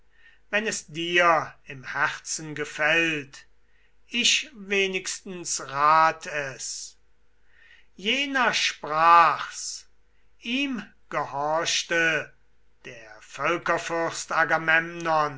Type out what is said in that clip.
wenn es dir im herzen gefällt ich wenigstens rat es jener sprach's ihm gehorchte der